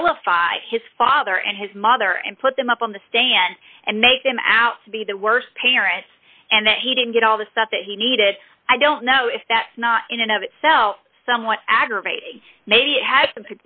vilify his father and his mother and put them up on the stand and make them out to be the worst parents and that he didn't get all the stuff that he needed i don't know if that's not in and of itself somewhat aggravating maybe it has